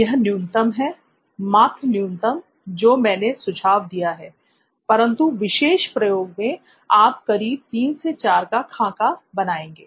वह न्यूनतम है मात्र न्यूनतम जो मैंने सुझाव दिया है परंतु विशेष प्रयोग में आप करीब तीन से चार का खाका बनाएँगे